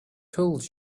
told